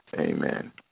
amen